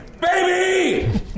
Baby